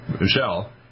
Michelle